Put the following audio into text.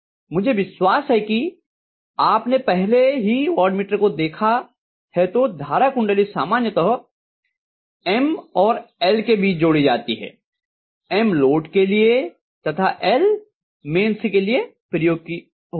मुझे विश्वास है की आपने पहले ही वाटमीटर को देखा है तो धारा कुंडली सामान्यतः M और L के बीच जोड़ी जाती है M लोड के लिए तथा L मेन्स के लिए प्रयोग होती है